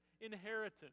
inheritance